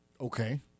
Okay